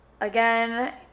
again